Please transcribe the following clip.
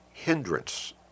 hindrance